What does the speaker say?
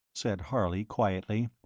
said harley, quietly,